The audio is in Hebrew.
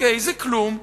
זה כלום,